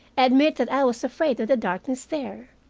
admit that i was afraid of the darkness there,